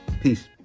Peace